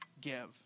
give